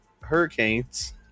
Hurricanes